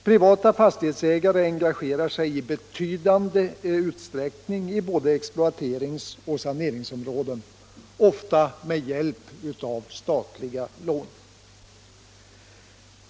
Privata fastighetsägare engagerar sig också i betydande utsträckning i både exploaterings och planeringsområden, ofta med hjälp av statliga lån.